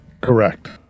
Correct